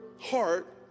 heart